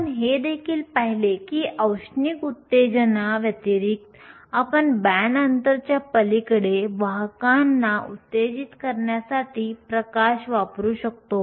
आपण हे देखील पाहिले की औष्णिक उत्तेजना थर्मल एक्सिटेशन व्यतिरिक्त आपण बँड अंतरच्या पलीकडे वाहकांना उत्तेजित करण्यासाठी प्रकाश वापरू शकतो